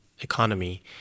economy